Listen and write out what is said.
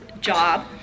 job